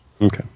Okay